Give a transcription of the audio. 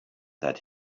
that